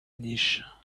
niche